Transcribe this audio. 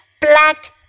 black